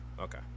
Okay